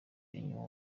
inyuma